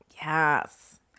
Yes